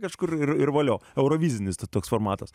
kažkur ir valio eurovizinis toks formatas